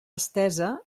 estesa